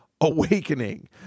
awakening